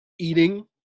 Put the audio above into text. eating